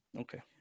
Okay